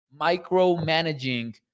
micromanaging